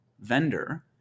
vendor